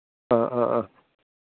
ആ ആ ആ